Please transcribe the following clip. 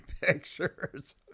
pictures